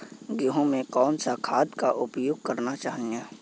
गेहूँ में कौन सा खाद का उपयोग करना चाहिए?